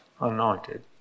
anointed